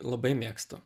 labai mėgstu